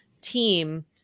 team